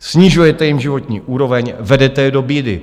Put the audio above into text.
Snižujete jim životní úroveň, vedete je do bídy.